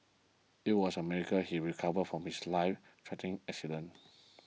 it was a miracle he recovered from his lifethreatening accident